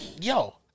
yo